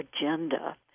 agenda